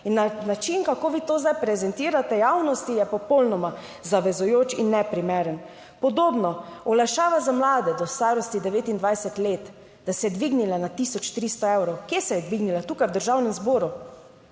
In način, kako vi to zdaj prezentirate javnosti, je popolnoma zavezujoč in neprimeren. Podobno olajšava za mlade do starosti 29 let, da se je dvignila na 1300 evrov. Kje se je dvignila? Tukaj v Državnem zboru